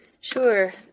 sure